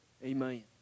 Amen